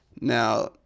Now